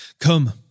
Come